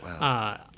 Wow